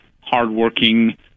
hardworking